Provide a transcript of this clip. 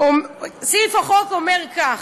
אומר כך: